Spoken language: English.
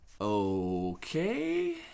Okay